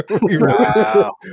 Wow